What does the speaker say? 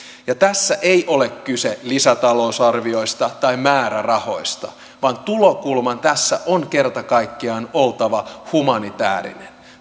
ja tässä ei ole kyse lisätalousarvioista tai määrärahoista vaan tulokulman tässä on kerta kaikkiaan oltava humanitäärinen